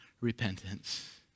repentance